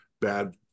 bad